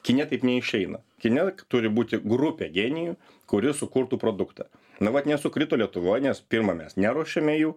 kine taip neišeina kine turi būti grupė genijų kuri sukurtų produktą na vat nesukrito lietuvoj nes pirma mes neruošiame jų